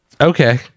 Okay